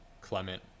Clement